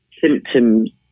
symptoms